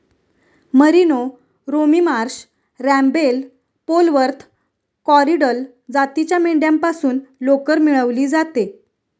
merino, Romney Marsh, Rambouillet, Polwarth, Corriedale जातीच्या मेंढ्यांपासून लोकर मिळवली जाते